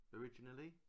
originally